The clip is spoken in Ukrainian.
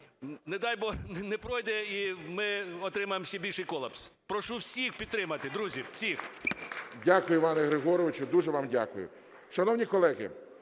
не дай бог, не пройде - і ми отримаємо ще більший колапс. Прошу всіх підтримати, друзі, всіх. ГОЛОВУЮЧИЙ. Дякую, Іване Григоровичу, дуже вам дякую. Шановні колеги,